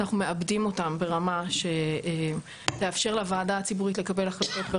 אנחנו מעבדים אותן ברמה שתאפשר לוועדה הציבורית לקבל החלטות.